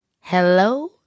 Hello